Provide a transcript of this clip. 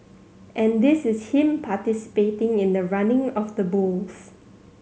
and this is him participating in the running of the bulls